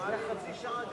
הכנסת השמונה-עשרה,